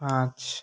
पाँच